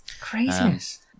Craziness